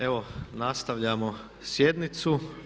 Evo nastavljamo sjednicu.